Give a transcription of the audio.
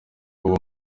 kuba